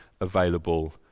available